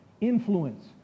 influence